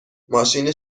ماشین